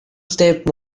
step